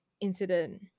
incident